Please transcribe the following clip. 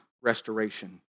restoration